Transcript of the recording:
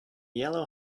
yellow